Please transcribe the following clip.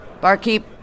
Barkeep